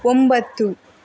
ಒಂಬತ್ತು